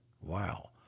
Wow